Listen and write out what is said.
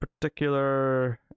particular